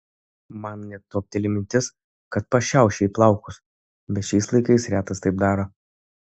man net topteli mintis kad pašiauš jai plaukus bet šiais laikais retas taip daro